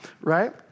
right